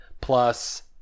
plus